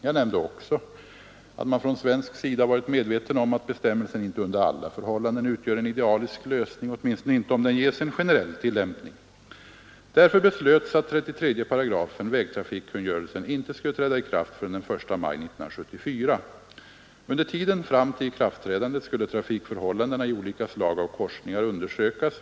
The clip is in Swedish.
Jag nämnde också att man från svensk sida varit medveten om att bestämmelsen inte under alla förhållanden utgör en idealisk lösning, åtminstone inte om den ges en generell tillämpning. Därför beslöts att 33 § vägtrafikkungörelsen inte skulle träda i kraft förrän den 1 maj 1974. Under tiden fram till ikraftträdandet skulle trafikförhållandena i olika slag av korsningar undersökas.